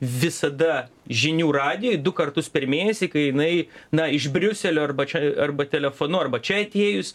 visada žinių radijuj du kartus per mėnesį kai jinai na iš briuselio arba čia arba telefonu arba čia atėjus